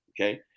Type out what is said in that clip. okay